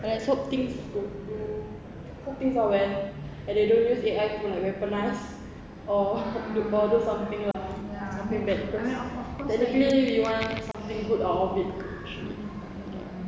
let's hope things could do things work out well and they don't use A_I to like weaponise or do something lah something bad cause technically we want something good out of it